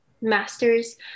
masters